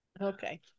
Okay